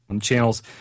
channels